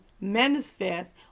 manifest